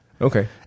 Okay